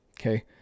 okay